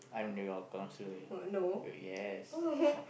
I'm your counseller y~ yes